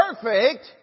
perfect